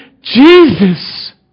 Jesus